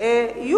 לפי חלוקה עדתית?